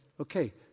okay